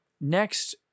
next